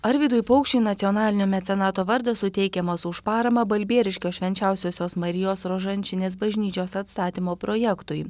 arvydui paukščiui nacionalinio mecenato vardas suteikiamas už paramą balbieriškio švenčiausiosios marijos rožančinės bažnyčios atstatymo projektui